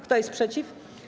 Kto jest przeciw?